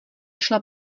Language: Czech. šla